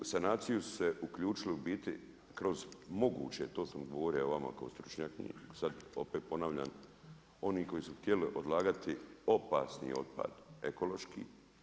U sanaciju su se uključili u biti kroz moguće to sam govorio evo vama kao stručnjakinji i sad opet ponavljam, oni koji su htjeli odlagati opasni otpad, ekološki.